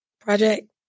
project